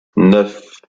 neuf